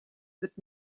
wird